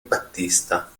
battista